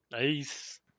Nice